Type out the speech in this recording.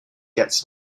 gets